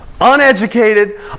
uneducated